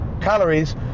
calories